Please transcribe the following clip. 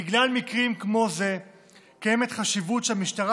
בגלל מקרים כמו זה קיימת חשיבות שהמשטרה